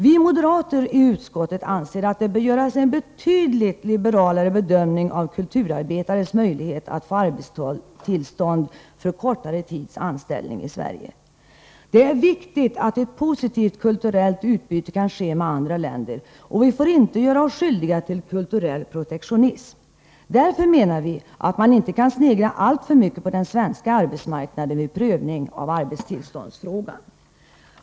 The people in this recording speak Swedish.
Vi moderater i utskottet anser att det bör göras en betydligt liberalare bedömning av kulturarbetares möjlighet att få arbetstillstånd för kortare tids anställning i Sverige. Det är viktigt att ett positivt kulturellt utbyte kan ske med andra länder, och vi får inte göra oss skyldiga till kulturell protektionism. Därför menar vi att man vid prövningen av arbetstillståndsfrågan inte kan snegla alltför mycket på den svenska arbetsmarknaden.